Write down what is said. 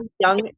young